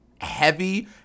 heavy